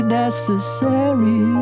necessary